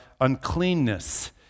uncleanness